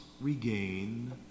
regain